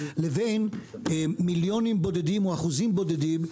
לבין מיליונים בודדים או אחוזים בודדים,